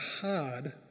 hard